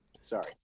Sorry